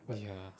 ya